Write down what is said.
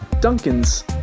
Duncan's